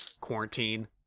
quarantine